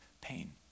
pain